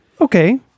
okay